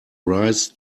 rise